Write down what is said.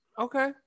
Okay